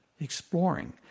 exploring